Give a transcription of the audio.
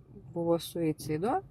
buvo suicido